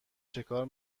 چکار